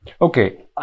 Okay